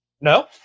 No